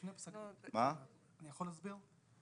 לפני פסק דין, אני יכול להסביר?